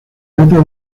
vetas